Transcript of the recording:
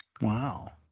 Wow